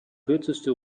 kürzeste